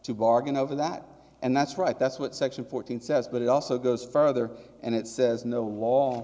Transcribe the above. to bargain over that and that's right that's what section fourteen says but it also goes further and it says no